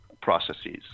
processes